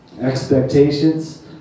expectations